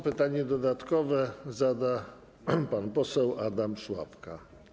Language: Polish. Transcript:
Pytanie dodatkowe zada pan poseł Adam Szłapka.